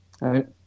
right